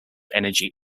energy